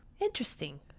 Interesting